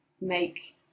make